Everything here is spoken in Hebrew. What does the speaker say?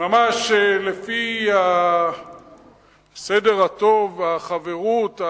ממש לפי הסדר הטוב, החברות.